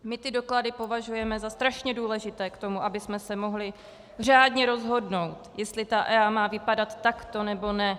My ty doklady považujeme za strašně důležité k tomu, abychom se mohli řádně rozhodnout, jestli EIA má vypadat takto, nebo ne.